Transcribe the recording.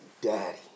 daddy